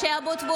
בבקשה להמשיך.